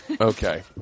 Okay